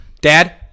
Dad